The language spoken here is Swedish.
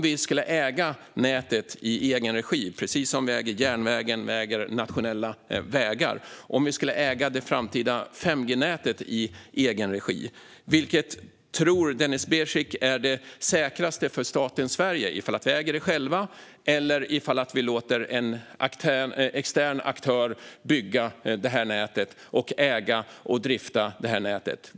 Vilket tror Denis Begic är det säkraste för staten Sverige: att vi äger det framtida 5G-nätet i egen regi, precis som vi äger järnvägen och nationella vägar, eller att vi låter en extern aktör bygga, äga och drifta nätet?